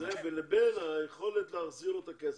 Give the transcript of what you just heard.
לבין היכולת להחזיר לו את הכסף.